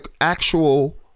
actual